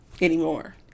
anymore